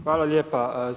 Hvala lijepa.